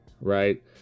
Right